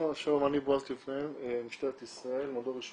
אני ממדור רישוי עסקים במשטרת ישראל.